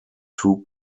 two